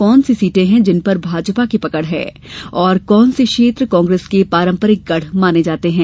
कौन सी सीटें हैं जिनपर भाजपा की पकड़ है और कोन से क्षेत्र कांग्रेस के पारंपरिक गढ़ माने जाते हैं